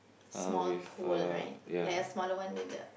small pole right like a smaller one than the